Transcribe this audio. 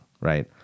right